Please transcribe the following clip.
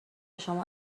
شما